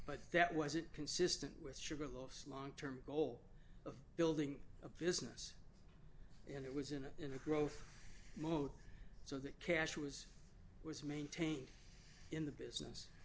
but that wasn't consistent with sugar loss long term goal of building a business and it was in a in a growth mode so that cash was was maintained in the business